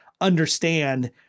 understand